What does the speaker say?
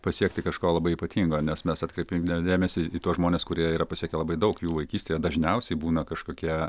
pasiekti kažko labai ypatingo nes mes atkreipiam dėmesį į tuos žmones kurie yra pasiekę labai daug jų vaikystėje dažniausiai būna kažkokie